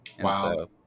Wow